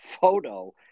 photo